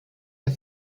der